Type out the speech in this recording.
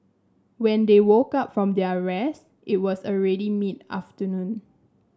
when they woke up from their rest it was already mid afternoon